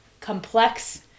complex